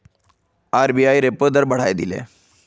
RBI repo दर बढ़ाए दिले